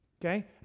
Okay